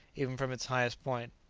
even from its highest point.